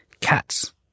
Cats